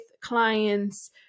clients